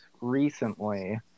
recently